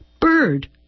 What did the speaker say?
Bird